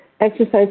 exercise